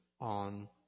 On